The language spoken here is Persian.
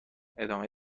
ادامه